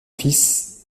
fils